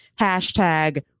hashtag